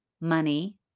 money